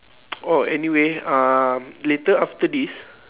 oh anyway um later after this